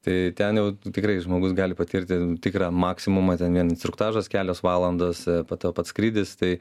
tai ten jau tikrai žmogus gali patirti tikrą maksimumą ten vien instruktažas kelios valandos po to pats skrydis tai